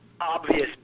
obvious